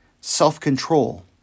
self-control